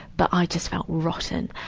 but i just felt rotten.